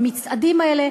במצעדים האלה.